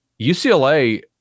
UCLA